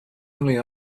only